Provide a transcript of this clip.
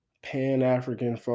Pan-African